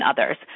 others